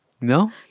No